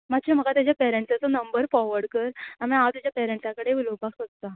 मात्शें म्हाका ताजे पॅरणसाचो नंबर फॉवड कर आ मागीर हांव ताज्या पॅरणसां कडेन उलोवपाक सोदतां